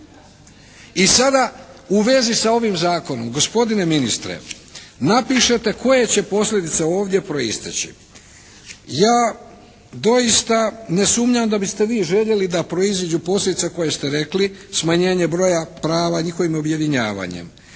I sada u vezi sa ovim Zakonom. Gospodine ministre, napišete koje će posljedice ovdje proisteći. Ja doista ne sumnjam da biste vi željeli da proiziđu posljedice koje ste rekli smanjenje broja prava njihovim objedinjavanjem.